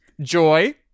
Joy